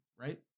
right